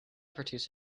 produce